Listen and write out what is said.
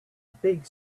big